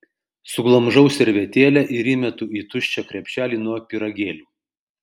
suglamžau servetėlę ir įmetu į tuščią krepšelį nuo pyragėlių